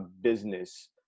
business